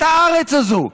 את הארץ הזו,